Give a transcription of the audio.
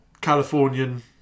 Californian